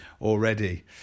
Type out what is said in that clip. already